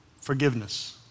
forgiveness